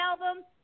album